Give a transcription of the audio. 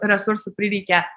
resursų prireikė